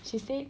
she said